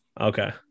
Okay